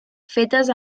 fetes